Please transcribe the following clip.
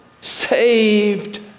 saved